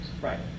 Right